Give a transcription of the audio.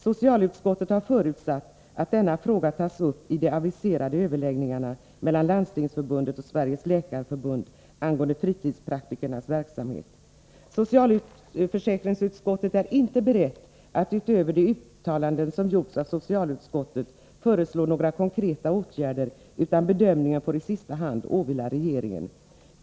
Socialutskottet har förutsatt att denna fråga tas upp i de aviserade överläggningarna mellan Landstingsförbundet och Sveriges läkarförbund angående fritidspraktikernas verksamhet. Socialförsäkringsutskottet är inte berett att utöver de uttalanden som har gjorts av socialutskottet föreslå några konkreta åtgärder, utan bedömningen fåri sista hand åvila regeringen.